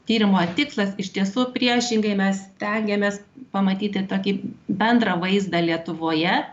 tyrimo tikslas iš tiesų priešingai mes stengiamės pamatyti tokį bendrą vaizdą lietuvoje